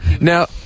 Now